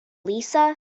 lisa